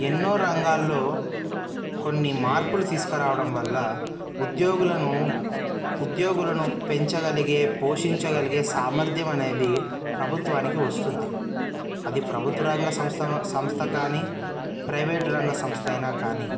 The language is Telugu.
ఎన్నో రంగాల్లో కొన్ని మార్పులు తీసుకురావడం వల్ల ఉద్యోగులను ఉద్యోగులను పెంచగలిగే పోషించగలిగే సామర్థ్యం అనేది ప్రభుత్వానికి వస్తుంది అది ప్రభుత్వరంగ సంస్థ సంస్థ కానీ ప్రైవేట్ రంగ సంస్థ అయినా కానీ